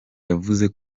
yavuze